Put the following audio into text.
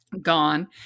gone